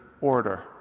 order